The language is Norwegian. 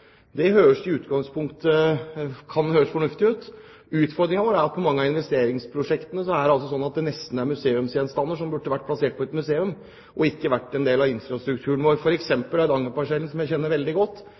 Det kan i utgangspunktet høres fornuftig ut. Utfordringen vår er at mange av investeringsprosjektene nesten er museumsgjenstander. De burde vært plassert på museum og skulle ikke vært en del av infrastrukturen vår.